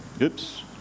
oops